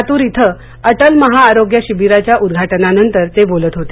लातूर इथं अटल महाआरोग्य शिविराचं उद्घाटनानंतर ते बोलत होते